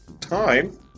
time